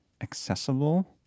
accessible